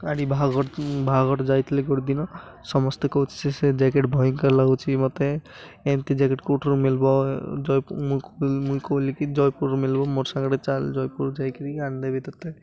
ଆ ବାହାଘ ବାହାଘର ଯାଇଥିଲେ ଗୋଟେ ଦିନ ସମସ୍ତେ କହୁଛି ସେ ସେ ଜ୍ୟାକେଟ୍ ଭୟଙ୍କର ଲାଗୁଛି ମୋତେ ଏମିତି ଜ୍ୟାକେଟ୍ କେଉଁଠାରୁ ମଳିବ ଜ ମୁଁ ମୁଁ କହିଲିକି ଜୟପୁରରୁ ମଳିବ ମୋର୍ ସାଙ୍ଗରେ ଚାଲ ଜୟପୁର ଯାଇକିରି ଆଣିଦେବି ତୋତେ